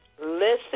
Listen